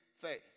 faith